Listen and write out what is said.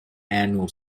annual